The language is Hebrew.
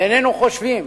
ואיננו חושבים